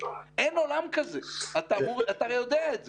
אין עולם כזה ואתה יודע על זה.